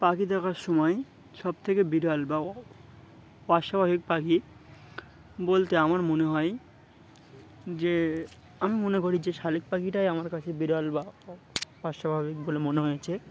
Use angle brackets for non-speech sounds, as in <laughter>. পাখি দেখার সময় সব থেকে বিরল বা <unintelligible> পাখি বলতে আমার মনে হয় যে আমি মনে করি যে শালিক পাখিটাই আমার কাছে বিরল বা <unintelligible> বলে মনে হয়েছে